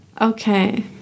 okay